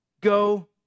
Go